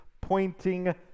pointing